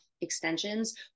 extensions